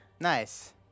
Nice